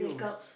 cups